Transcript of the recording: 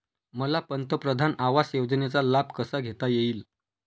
मला पंतप्रधान आवास योजनेचा लाभ कसा घेता येईल?